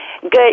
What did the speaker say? good